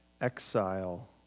exile